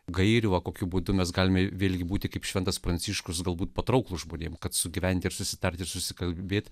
gairių kokiu būdu mes galime vėlgi būti kaip šventas pranciškus galbūt patrauklu žmonėms kad sugyventi ir susitarti susikalbėti